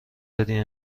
داری